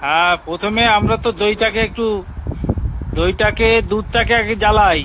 হ্যাঁ প্রথমে আমরা তো দইটাকে একটু দইটাকে দুধটাকে আগে জ্বালাই